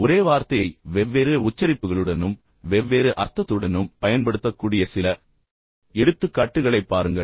ஒரே வார்த்தையை வெவ்வேறு உச்சரிப்புகளுடனும் வெவ்வேறு அர்த்தத்துடனும் பயன்படுத்தக்கூடிய சில எடுத்துக்காட்டுகளைப் பாருங்கள்